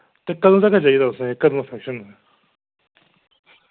ते कदूं तकर चाहिदा तुसें कदूं ऐ फंक्शन